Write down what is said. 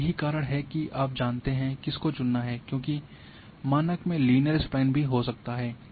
और यही कारण है कि आप जानते है किसको चुनना हैं क्योंकि मानक में लीनियर स्प्लाइन भी हो सकता है